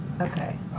Okay